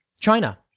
China